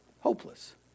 Hopeless